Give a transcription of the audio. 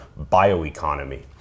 bioeconomy